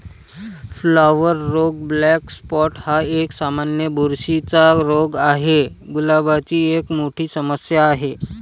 flower रोग black spot हा एक, सामान्य बुरशीचा रोग आहे, गुलाबाची एक मोठी समस्या आहे